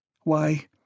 Why